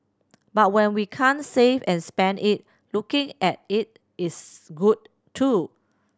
but when we can't save and spend it looking at it is good too